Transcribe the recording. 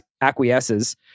acquiesces